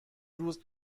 روز